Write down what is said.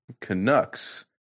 Canucks